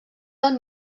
del